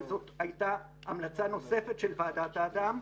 שזאת הייתה המלצה נוספת של ועדת אדם,